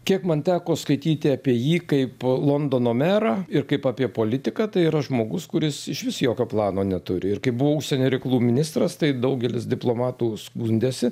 kiek man teko skaityti apie jį kaip londono merą ir kaip apie politiką tai yra žmogus kuris išvis jokio plano neturi ir kai buvo užsienio reikalų ministras tai daugelis diplomatų skundėsi